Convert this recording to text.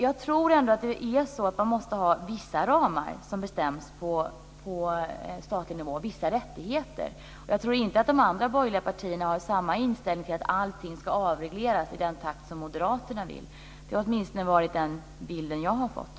Jag tror att man måste ha vissa ramar som bestäms på statlig nivå och vissa rättigheter. Jag tror inte att de andra borgerliga partierna har samma inställning att allting ska avregleras i den takt som moderaterna vill. Det är åtminstone den bild jag har fått.